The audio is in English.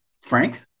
Frank